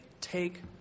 take